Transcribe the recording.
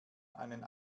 einen